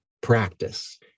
practice